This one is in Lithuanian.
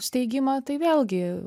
steigimą tai vėlgi